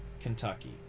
Kentucky